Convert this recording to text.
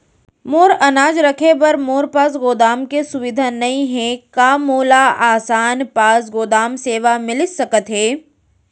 मोर अनाज रखे बर मोर पास गोदाम के सुविधा नई हे का मोला आसान पास गोदाम सेवा मिलिस सकथे?